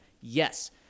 Yes